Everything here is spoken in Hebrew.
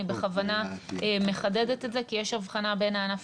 אני בכוונה מחדדת את זה כי יש הבחנה בין הענף